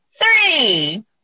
three